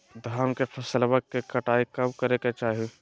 धान के फसलवा के कटाईया कब करे के चाही?